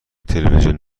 تلویزیون